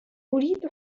أريد